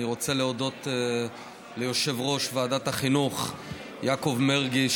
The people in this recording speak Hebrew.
אני רוצה להודות ליושב-ראש ועדת החינוך יעקב מרגי,